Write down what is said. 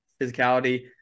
physicality